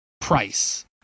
price